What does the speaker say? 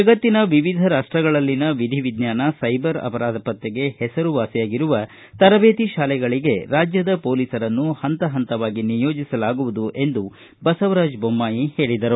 ಜಗತ್ತಿನ ವಿವಿಧ ರಾಷ್ಟಗಳಲ್ಲಿನ ವಿಧಿವಿಜ್ಞಾನ ಸೈಬರ್ ಅಪರಾಧ ಪತ್ತೆಗೆ ಹೆಸರುವಾಸಿಯಾಗಿರುವ ತರಬೇತಿ ಶಾಲೆಗಳಿಗೆ ರಾಜ್ಯದ ಪೊಲೀಸರನ್ನು ಹಂತ ಹಂತವಾಗಿ ನಿಯೋಜಿಸಲಾಗುವುದು ಎಂದು ಬಸವರಾಜ ಬೊಮ್ಮಾಯಿ ಹೇಳಿದರು